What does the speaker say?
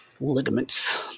Ligaments